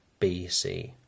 BC